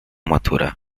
maturę